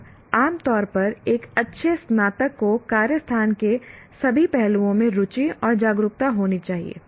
और आम तौर पर एक अच्छे स्नातक को कार्य स्थान के सभी पहलुओं में रुचि और जागरूकता होनी चाहिए